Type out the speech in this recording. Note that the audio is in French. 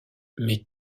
mais